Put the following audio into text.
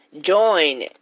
join